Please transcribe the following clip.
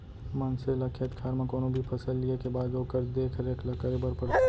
मनसे ल खेत खार म कोनो भी फसल लिये के बाद ओकर देख रेख ल करे बर परथे